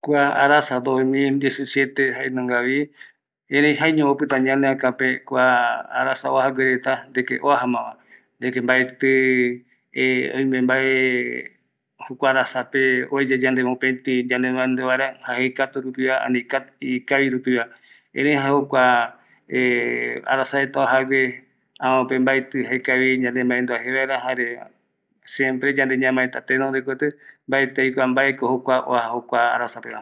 Ouvi arasa mokoi eta payandepo siupe amovecepe yae jokua aretepeko täta se arete paraete esa se ara paraete ikavi jayae jokua arasape oyapo reta seyae semo maenduavoi tätapa akaru paraete jukurai yae jare täta ome mbae jaureta